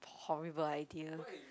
horrible idea